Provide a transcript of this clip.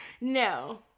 No